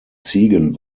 ziegen